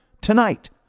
tonight